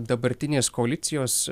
dabartinės koalicijos